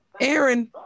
Aaron